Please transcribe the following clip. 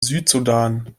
südsudan